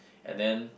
and then